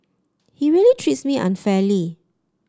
he really treats me unfairly